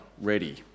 ready